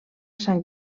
saint